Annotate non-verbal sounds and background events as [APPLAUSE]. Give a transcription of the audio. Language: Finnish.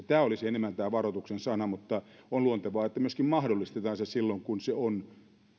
[UNINTELLIGIBLE] tämä olisi enemmän varoituksen sana mutta on luontevaa että myöskin mahdollistetaan se silloin kun se on muun